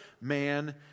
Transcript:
man